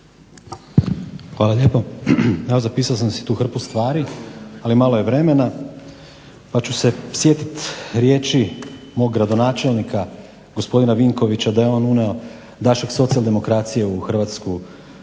Hvala lijepa. Evo zapisao sam si tu hrpu stvari, ali malo je vremena pa ću se sjetit riječi mog gradonačelnika gospodina Vinkovića da je on unio dašak socijaldemokracije u Hrvatsku,